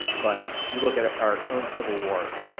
but if you look at our own civil war.